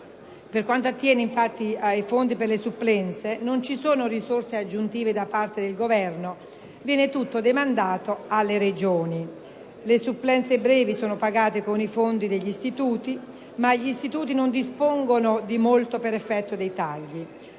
Per quanto attiene infatti ai fondi per le supplenze, non ci sono risorse aggiuntive da parte del Governo, ma viene tutte demandato alle Regioni. Le supplenze brevi sono pagate con i fondi degli istituti, ma questi, per effetto dei tagli,